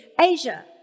Asia